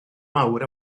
mawr